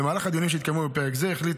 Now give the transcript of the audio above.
במהלך הדיונים שהתקיימו בפרק זה החליט